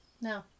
No